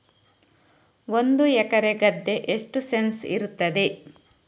ಒಂದು ಎಕರೆ ಗದ್ದೆ ಎಷ್ಟು ಸೆಂಟ್ಸ್ ಇರುತ್ತದೆ?